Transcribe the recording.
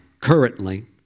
currently